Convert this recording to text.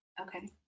Okay